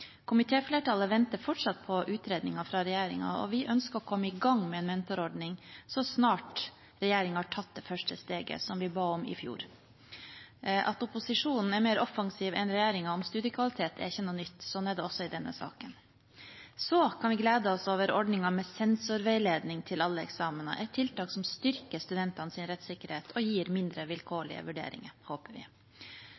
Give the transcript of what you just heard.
venter fortsatt på utredningen fra regjeringen, og vi ønsker å komme i gang med en mentorordning så snart regjeringen har tatt det første steget, som vi ba om i fjor. At opposisjonen er mer offensiv enn regjeringen når det gjelder studiekvalitet, er ikke noe nytt. Sånn er det også i denne saken. Så kan vi glede oss over ordningen med sensorveiledning til alle eksamener, et tiltak som styrker studentenes rettssikkerhet og gir mindre